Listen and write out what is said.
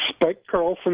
spikecarlson